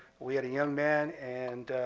we had a young man and